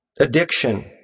Addiction